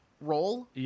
Role